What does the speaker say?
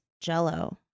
Jello